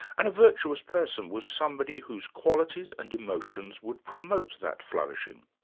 and a virtuous person was somebody whose qualities and emotions would promote that flourishing.